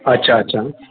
अच्छा अच्छा